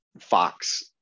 Fox